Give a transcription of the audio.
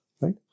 Right